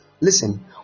listen